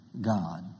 God